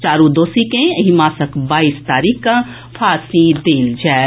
चारु दोषी के एहि मासक बाईस तारीख के फांसी देल जायत